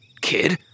Kid